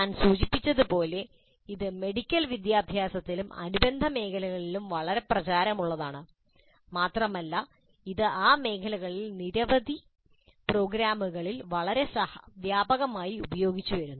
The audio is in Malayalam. ഞാൻ സൂചിപ്പിച്ചതുപോലെ ഇത് മെഡിക്കൽ വിദ്യാഭ്യാസത്തിലും അനുബന്ധ മേഖലകളിലും വളരെ പ്രചാരമുള്ളതാണ് മാത്രമല്ല ഇത് ആ മേഖലകളിൽ മറ്റ് നിരവധി പ്രോഗ്രാമുകളിൽ വളരെ വ്യാപകമായി ഉപയോഗിച്ചുവരുന്നു